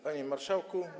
Panie Marszałku!